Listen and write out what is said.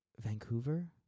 Vancouver